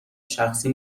شخصی